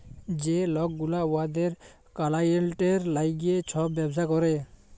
যে লক গুলা উয়াদের কালাইয়েল্টের ল্যাইগে ছব ব্যবসা ক্যরে